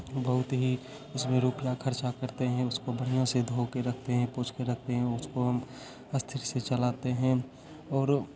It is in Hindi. बहुत ही इसमें रुपया खर्चा करते हैं उसको बढ़िया से धोके रखते हैं पोछ के रखते हैं उसको हम अस्थिर से चलाते हैं और